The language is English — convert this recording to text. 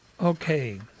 Okay